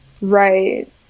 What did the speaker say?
Right